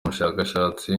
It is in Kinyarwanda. umushakashatsi